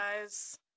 Guys